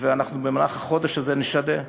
ואנחנו במהלך החודש הזה נשתדל,